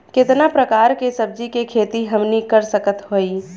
कितना प्रकार के सब्जी के खेती हमनी कर सकत हई?